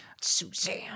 Suzanne